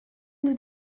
nous